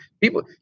people